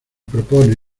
propone